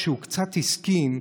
כשהוא קצת הזדקן,